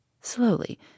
Slowly